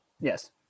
Yes